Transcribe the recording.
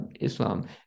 Islam